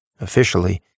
officially